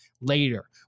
later